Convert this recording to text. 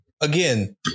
Again